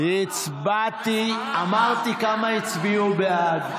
הצבעתי, אמרתי כמה הצביעו בעד.